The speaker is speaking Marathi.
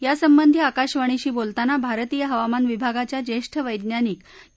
यासंबंधी आकाशवाणीशी बोलताना भारतीय हवामान विभागाच्या ज्येष्ठ वझिनिक के